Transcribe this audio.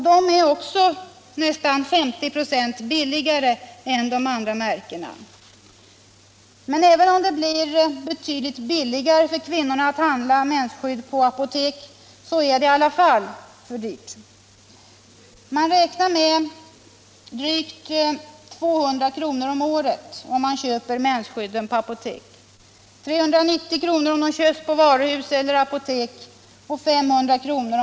Dessa är därför nära 50 96 billigare än de andra märkena. Men även om det blir betydligt billigare för kvinnorna att köpa mensskydden på apotek är skydden i alla fall för dyra. Man kan räkna med en kostnad av drygt 200 kr. om året, om mensskydden köps på apoteken, 390 kr. om de köps på varuhus eller i affärer och 500 kr.